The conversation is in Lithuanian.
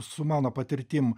su mano patirtim